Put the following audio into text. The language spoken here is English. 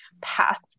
path